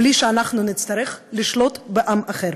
בלי שנצטרך לשלוט בעם אחר.